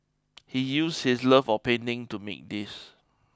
he used his love of painting to make these